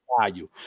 value